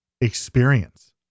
experience